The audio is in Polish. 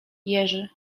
jerzy